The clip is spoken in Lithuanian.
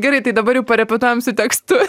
gerai tai dabar jau parepetuojam su tekstu